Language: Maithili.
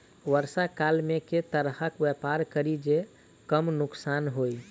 वर्षा काल मे केँ तरहक व्यापार करि जे कम नुकसान होइ?